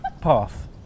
path